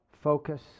focus